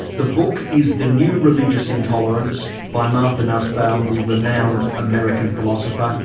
the book is the new religious intolerance by martha nussbaum, the renowned american philosopher.